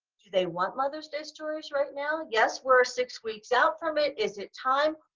do they want mother's day stories right now? yes we're six weeks out from it, is it time?